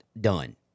Done